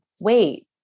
wait